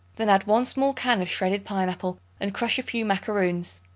then add one small can of shredded pineapple and crush a few macaroons.